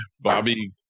Bobby